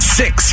six